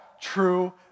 true